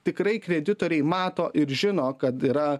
tikrai kreditoriai mato ir žino kad yra